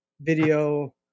video